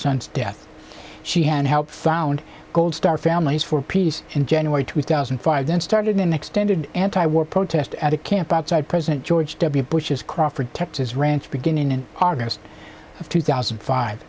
son's death she had helped found gold star families for peace in january two thousand and five then started an extended anti war protest at a camp outside president george w bush's crawford texas ranch beginning in august of two thousand